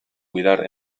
cuidar